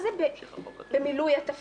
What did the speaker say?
זה שגיבוש כתב האישום נעשה מתוך הבנה שהזירה